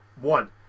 One